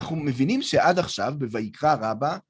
אנחנו מבינים שעד עכשיו בויקרא רבה